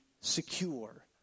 secure